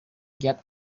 get